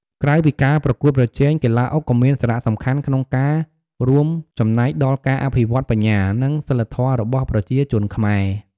ក្រៅពីការប្រកួតប្រជែង កីឡាអុកក៏មានសារៈសំខាន់ក្នុងការរួមចំណែកដល់ការអភិវឌ្ឍន៍បញ្ញា និងសីលធម៌របស់ប្រជាជនខ្មែរ។